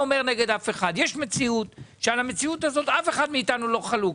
יש מציאות שעליה אף אחד מאיתנו לא חולק.